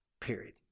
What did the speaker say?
Period